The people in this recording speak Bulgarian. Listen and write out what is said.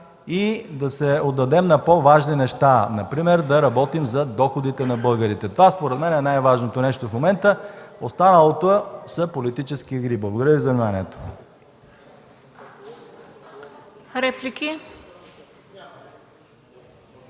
и да се отдадем на по-важни неща – например да работим за доходите на българите. Според мен, това е най-важното нещо в момента. Останалото са политически игри. Благодаря Ви за вниманието.